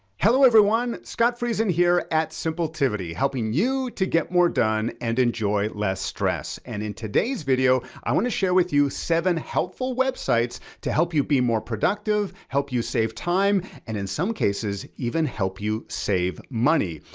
hello everyone, scott friesen here at simpletivity, helping you to get more done and enjoy less stress. and in today's video, i wanna share with you seven helpful websites to help you be more productive, help you save time. and in some cases, even help you save money.